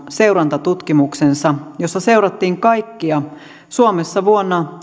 seurantatutkimuksensa jossa seurattiin kaikkia suomessa vuonna